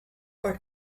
pas